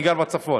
אני גר בצפון,